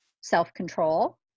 self-control